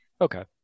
Okay